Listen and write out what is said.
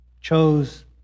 chose